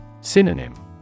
Synonym